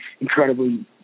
incredibly